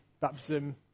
baptism